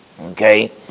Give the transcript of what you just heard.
Okay